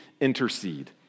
intercede